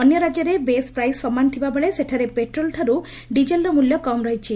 ଅନ୍ୟ ରାକ୍ୟରେ base price ସମାନ ଥିବାବେଳେ ସେଠାରେ ପେଟ୍ରୋଲ ଠାରୁ ଡିଜେଲର ମିଲ୍ୟ କମ୍ ରହିଛି